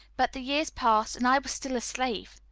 but the years passed, and i was still a slave.